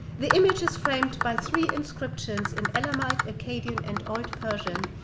the image is framed by three inscriptions in elamite, akkadian, and old persian,